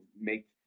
make